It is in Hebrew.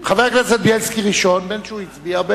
חבר הכנסת בילסקי כבר עומד נכון על משמרתו,